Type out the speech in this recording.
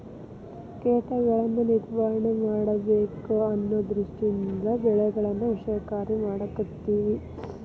ಕೇಟಗಳನ್ನಾ ನಿರ್ವಹಣೆ ಮಾಡಬೇಕ ಅನ್ನು ದೃಷ್ಟಿಯಿಂದ ಬೆಳೆಗಳನ್ನಾ ವಿಷಕಾರಿ ಮಾಡಾಕತ್ತೆವಿ